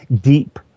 deep